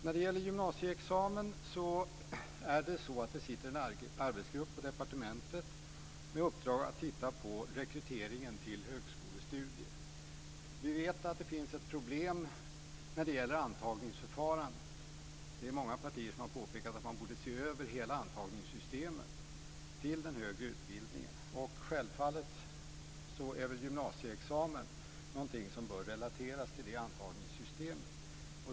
När det gäller gymnasieexamen sitter det en arbetsgrupp på departementet med uppdrag att titta på rekryteringen till högskolestudier. Vi vet att det finns ett problem när det gäller antagningsförfarandet. Det är många partier som har påpekat att man borde se över hela antagningssystemet till den högre utbildningen. Självfallet är gymnasieexamen någonting som bör relateras till det antagningssystemet.